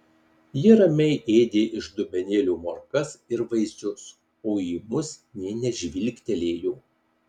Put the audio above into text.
ji ramiai ėdė iš dubenėlio morkas ir vaisius o į mus nė nežvilgtelėjo